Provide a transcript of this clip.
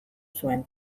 zuen